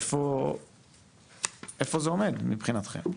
אז איפה זה עומד מבחינתכם?